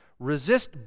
Resist